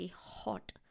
hot